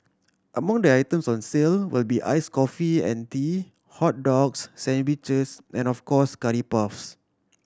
among the items on sale will be ice coffee and tea hot dogs sandwiches and of course curry puffs